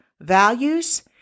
values